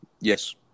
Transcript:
Yes